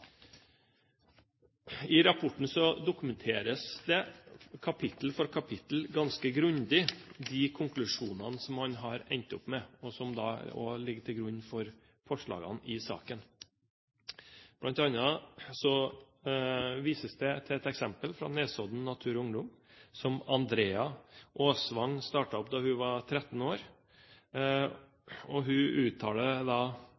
I rapporten dokumenteres kapittel for kapittel ganske grundig de konklusjonene man har endt opp med, som ligger til grunn for forslagene i saken. Blant annet vises det til et eksempel fra Nesodden Natur og Ungdom, som Andrea Åsvang startet da hun var 13 år.